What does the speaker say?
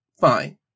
Fine